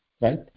Right